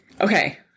Okay